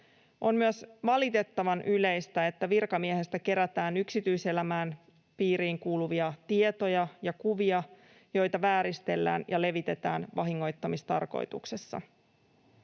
On myös valitettavan yleistä, että virkamiehestä kerätään yksityiselämän piiriin kuuluvia tietoja ja kuvia, joita vääristellään ja levitetään vahingoittamistarkoituksessa.